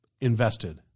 invested –